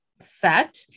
Set